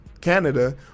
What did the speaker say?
Canada